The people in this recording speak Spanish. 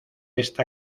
esta